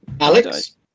Alex